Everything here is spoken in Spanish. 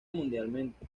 mundialmente